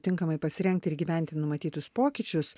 tinkamai pasirengti ir įgyventi numatytus pokyčius